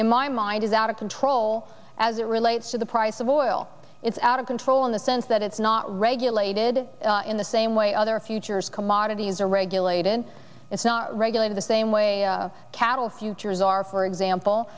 in my mind is out of control as it relates to the price of oil it's out of control in the sense that it's not regulated in the same way other futures commodities are regulated is not regulated the same way cattle futures are for example